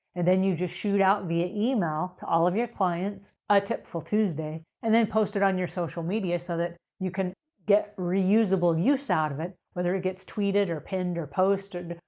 and then, you just shoot out via email to all of your clients, a tipful tuesday, and then post it on your social media so that you can get reusable use out of it, whether it gets tweeted, or pinned, or posted,